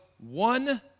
one